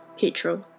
petrol